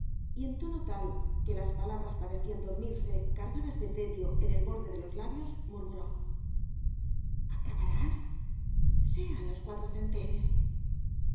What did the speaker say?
y en tono tal que las palabras parecían dormirse cargadas de tedio en el borde de los labios murmuró acabarás jsean los cuatro centenes